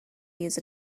use